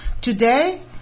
Today